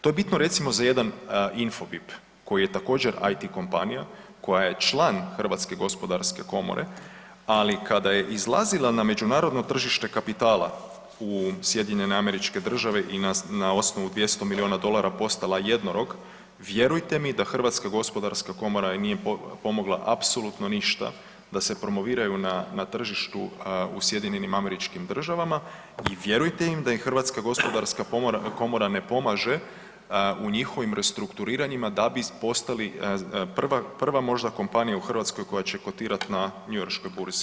To je bitno recimo za jedan Infobip koji je također IT kompanija koja je član Hrvatske gospodarske komore, ali kada je izlazila na međunarodno tržište kapitala u SAD i na osnovu 200 miliona dolara postala jednorog vjerujte mi da Hrvatska gospodarska komora joj nije pomogla apsolutno ništa da se promoviraju na tržištu u SAD-u i vjerujte mi da im Hrvatska gospodarska komora ne pomaže u njihovim restrukturiranjima da bi postali prva možda kompanija u Hrvatskoj koja će kotirati na njujorškoj [[Upadica: Vrijeme.]] burzi.